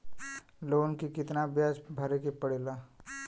Loan के कितना ब्याज भरे के पड़े ला?